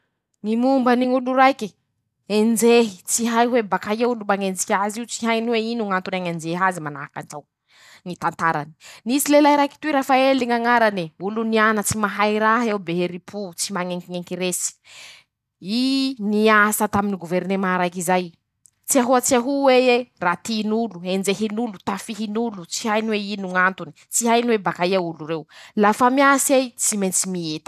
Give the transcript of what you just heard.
Ñy mombany ñ'olo raiky ,enjehy ,tsy hay hoe bakaia olo mañenjiky azy io, tsy hainy hoe ino ñ'antony hañenjeha azy manahaky anizao, ñy tantarany: -Misy lelahy raiky toy" Raphaely" ñ'añarane :olo nianatsy mahay raha eo be herim-po ,tsy mañenkiñenky resy ,i niasa taminy ñy gouvernement raiky zay ,tsy ahoa tsy aho'eie ,ratin'olo ,enjehin'olo ,tafihin'olo ,tsy hainy hoe ino ñ'antony ,tsy hainy hoe bakaia olo reo ,lafa mias'ei tsy maintsy mietaky.